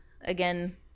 again